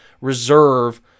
reserve